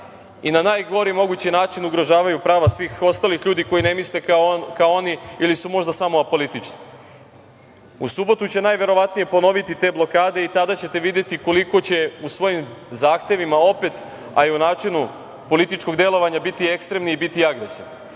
i na najgori mogući način ugrožavaju prava svih ostalih ljudi koji ne misle kao oni ili su možda samo apolitični.U subotu će, najverovatnije, ponoviti te blokade i tada ćete videti koliko će u svojim zahtevima opet, a i u načinu političkog delovanja, biti ekstremni i biti agresivni. Da